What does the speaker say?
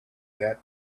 that